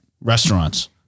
restaurants